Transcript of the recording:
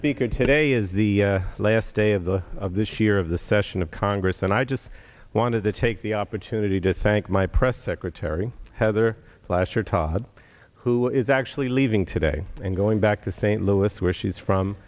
bickered today is the last day of the of this year of the session of congress and i just wanted to take the opportunity to thank my press secretary heather plaster todd who is actually leaving today and going back to st louis where she's from